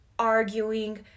arguing